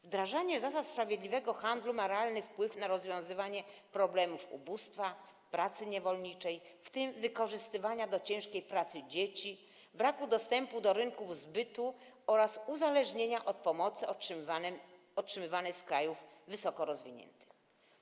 Wdrażanie zasad sprawiedliwego handlu ma realny wpływ na rozwiązywanie problemów ubóstwa, pracy niewolniczej, w tym wykorzystywania do ciężkiej pracy dzieci, braku dostępu do rynków zbytu oraz uzależnienia od pomocy otrzymywanej z krajów wysoko rozwiniętych.